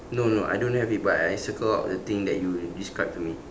no no no I don't have it but I circle out the thing that you describe to me